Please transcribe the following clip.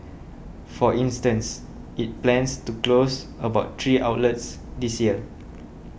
for instance it plans to close about three outlets this year